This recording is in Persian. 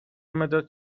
مداد